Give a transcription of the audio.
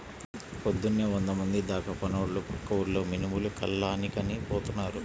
పొద్దున్నే వందమంది దాకా పనోళ్ళు పక్క ఊర్లో మినుములు కల్లానికని పోతున్నారు